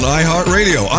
iHeartRadio